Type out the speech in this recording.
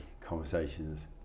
conversations